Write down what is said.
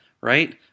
right